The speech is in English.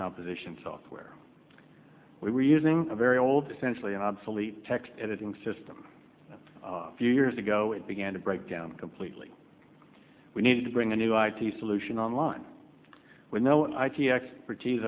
composition software we were using a very old essentially obsolete text editing system few years ago it began to break down completely we needed to bring a new id solution online with no expertise